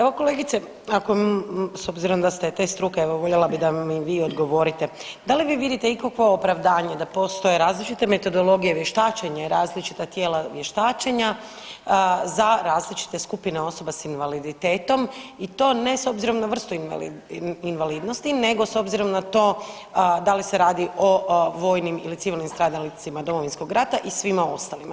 Evo kolegice, ako, s obzirom da ste te struke, evo, voljela bih da mi vi odgovorite, da li vi vidite ikakvo opravdanje da postoje različite metodologije vještačenje, različita tijela vještačenja za različite skupine osoba s invaliditetom i to ne s obzirom na vrstu invalidnosti nego s obzirom na to da li se radi o vojnim ili civilnim stradalnicima Domovinskog rata i svima ostalima.